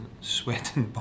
Sweating